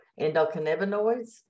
Endocannabinoids